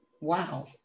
Wow